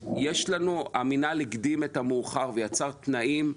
המינהל הקדים את המאוחר ויצר תנאים,